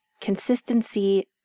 Consistency